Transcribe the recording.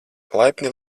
laipni